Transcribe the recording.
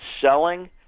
selling